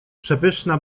przepyszna